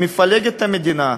שמפלגת את המדינה?